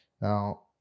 now